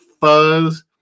fuzz